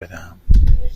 بدهم